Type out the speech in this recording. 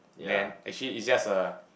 then actually it's just a